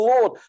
Lord